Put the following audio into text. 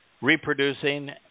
reproducing